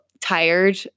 tired